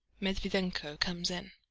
medviedenko comes in.